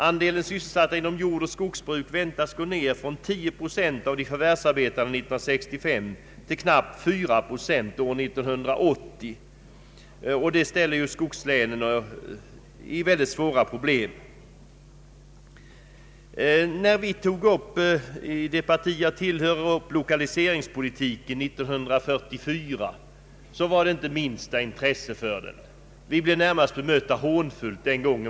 Andelen sysselsatta inom jordoch skogsbruk väntas gå ned från 10 procent av de förvärvsarbetande 1965 till knappt 4 procent år 1980. Detta ställer skogslänen inför mycket svåra problem. När det parti jag tillhör tog upp lokaliseringspolitiken 1944 förmärktes inte det minsta intresse för den. Vi blev närmast bemötta hånfullt den gången.